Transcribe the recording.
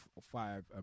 five